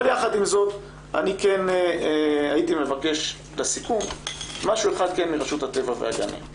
יחד עם זאת אני כן הייתי מבקש לסיכום משהו אחד כן מרשות הטבע והגנים.